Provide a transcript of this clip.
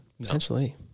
Potentially